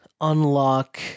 unlock